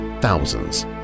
thousands